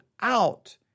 out